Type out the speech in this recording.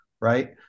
right